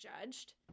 judged